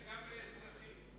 גם לאזרחים.